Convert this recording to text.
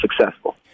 successful